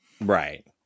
Right